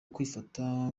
kwifata